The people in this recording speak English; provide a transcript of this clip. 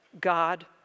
God